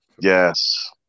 Yes